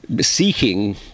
seeking